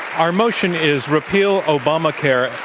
our motion is repeal obamacare.